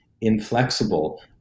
inflexible